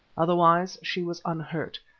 otherwise she was unhurt,